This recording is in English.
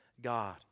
God